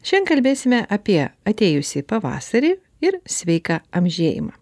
šian kalbėsime apie atėjusį pavasarį ir sveiką amžėjimą